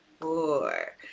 four